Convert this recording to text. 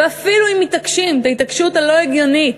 ואפילו אם מתעקשים את ההתעקשות הלא-הגיונית